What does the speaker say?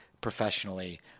professionally